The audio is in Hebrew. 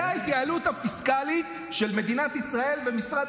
זו ההתייעלות הפיסקלית של מדינת ישראל ומשרד